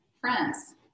friends